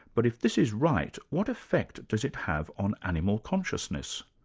but if this is right, what effect does it have on animal consciousness?